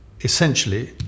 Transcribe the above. essentially